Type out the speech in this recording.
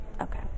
Okay